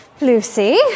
Lucy